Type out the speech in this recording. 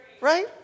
Right